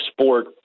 sport